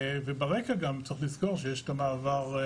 וברקע גם צריך לזכור שיש את ההתמודדות